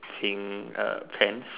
seeing a pants